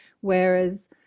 whereas